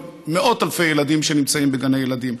על מאות אלפי ילדים שנמצאים בגני ילדים.